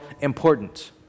important